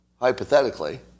hypothetically